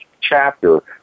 chapter